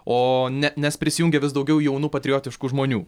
ooo ne nes prisijungia vis daugiau jaunų patriotiškų žmonių